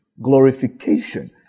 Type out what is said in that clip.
glorification